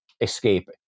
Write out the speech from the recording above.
escape